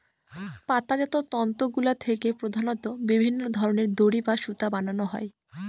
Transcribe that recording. পাতাজাত তন্তুগুলা থেকে প্রধানত বিভিন্ন ধরনের দড়ি বা সুতা বানানো হয়